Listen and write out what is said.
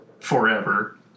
forever